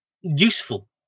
useful